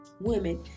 Women